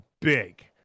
big